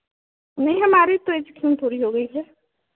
नहीं हमारे तो एजकेम पूरी हो गई है